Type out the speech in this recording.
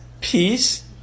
peace